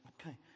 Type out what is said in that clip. okay